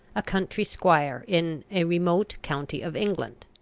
a country squire in a remote county of england.